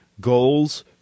Goals